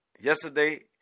Yesterday